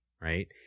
Right